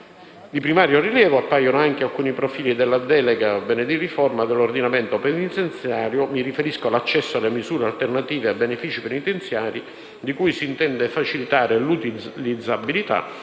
Di primario rilievo appaiono anche alcuni profili della delega di riforma dell'ordinamento penitenziario: mi riferisco all'accesso alle misure alternative ai benefici penitenziari, di cui si intende facilitare l'utilizzabilità,